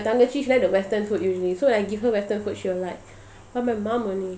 she like the western food usually so when I give her western food she will like why my mum only